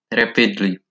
rapidly